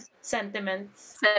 sentiments